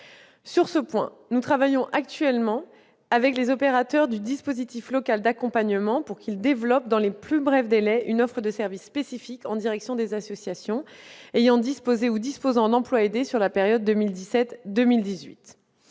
Sur ce point, nous travaillons actuellement avec les opérateurs du dispositif local d'accompagnement, le DLA, afin qu'ils développent dans les plus brefs délais une offre de services spécifique en direction des associations ayant disposé ou disposant d'emplois aidés au titre de la période 2017-2018.